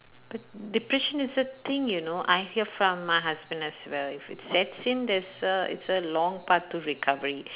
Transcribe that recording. but depression is the thing you know I hear from my husband as well if it sets in it's a it's a long part to recovery